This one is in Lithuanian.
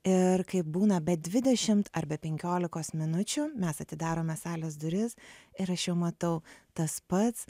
ir kai būna be dvidešimt ar be penkiolikos minučių mes atidarome salės duris ir aš jau matau tas pats